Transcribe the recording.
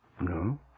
No